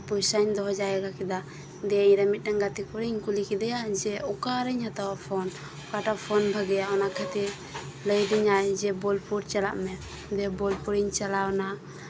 ᱟᱨ ᱯᱚᱭᱥᱟᱧ ᱫᱚᱦᱚ ᱡᱟᱣᱨᱟ ᱠᱮᱫᱟ ᱫᱤᱭᱮ ᱤᱧᱨᱮᱱ ᱜᱟᱛᱮ ᱠᱩᱲᱤᱧ ᱠᱩᱞᱤ ᱠᱮᱫᱮᱭᱟ ᱡᱮ ᱚᱠᱟᱨᱤᱧ ᱦᱟᱛᱟᱣᱟ ᱯᱷᱳᱱ ᱚᱠᱟᱴᱟᱜ ᱯᱷᱳᱱ ᱵᱷᱟᱜᱮᱭᱟ ᱚᱱᱟ ᱠᱷᱟᱹᱛᱤᱨ ᱞᱟᱹᱭ ᱟᱹᱫᱤᱧᱟ ᱡᱮ ᱵᱳᱞᱯᱩᱨ ᱪᱟᱞᱟᱜ ᱢᱮ ᱵᱳᱞᱯᱩᱨ ᱤᱧ ᱪᱟᱞᱟᱣ ᱮᱱᱟ